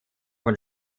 von